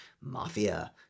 mafia